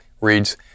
reads